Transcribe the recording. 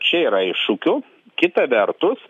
čia yra iššūkių kita vertus